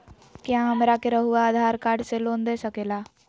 क्या हमरा के रहुआ आधार कार्ड से लोन दे सकेला?